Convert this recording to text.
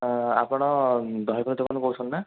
ଆପଣ ଦହିବରା ଦୋକାନରୁ କହୁଛନ୍ତି ନା